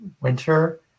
winter